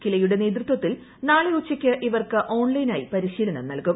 കിലയുടെ നേതൃത്വത്തിൽ നാളെ ഉച്ചയ്ക്ക് ഇവർക്ക് ഓൺ ലൈനായി പരിശീലനം നൽകും